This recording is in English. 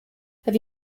have